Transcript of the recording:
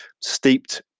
steeped